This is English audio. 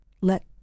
let